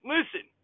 Listen